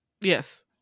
Yes